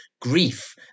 grief